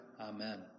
Amen